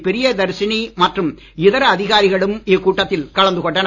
பிரியதர்ஷினி மற்றும் இதர அதிகாரிகளும் இக்கூட்டத்தில் கலந்து கொண்டனர்